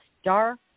star